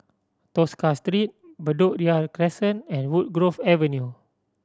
Tosca Street Bedok Ria Crescent and Woodgrove Avenue